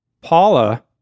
Paula